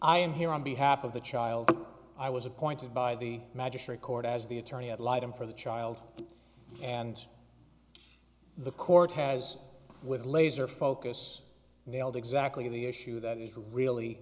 i am here on behalf of the child i was appointed by the magistrate court as the attorney ad litum for the child and the court has with laser focus nailed exactly the issue that is really